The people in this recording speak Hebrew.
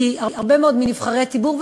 כי הרבה מאוד נבחרי ציבור,